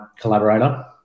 collaborator